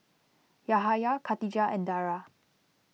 Yahaya Katijah and Dara